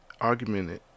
argumented